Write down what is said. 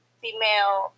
female